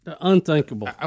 unthinkable